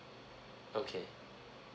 okay